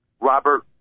Robert